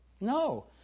No